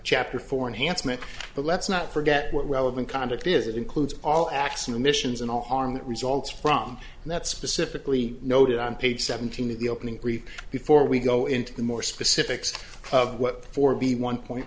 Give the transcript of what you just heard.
meant but let's not forget what relevant conduct is it includes all acts in the missions and all harm that results from that specifically noted on page seventeen of the opening brief before we go into the more specifics of what for the one point